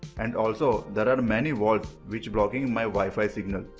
and also, there are many walls which blocking my wifi signal.